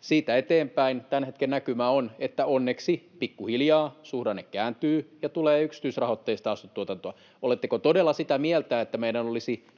Siitä eteenpäin tämän hetken näkymä on, että onneksi pikkuhiljaa suhdanne kääntyy ja tulee yksityisrahoitteista asuntotuotantoa. Oletteko todella sitä mieltä, että meidän olisi